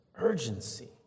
urgency